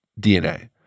DNA